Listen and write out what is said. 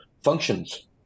functions